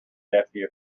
nephew